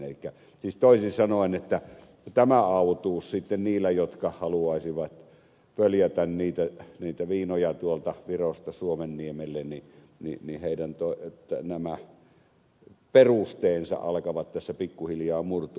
elikkä siis toisin sanoen tämä autuus sitten heillä jotka haluaisivat följätä niitä viinoja tuolta virosta suomenniemelle niin heidän nämä perusteensa alkavat tässä pikkuhiljaa murtua